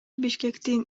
бишкектин